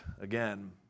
again